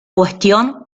cuestión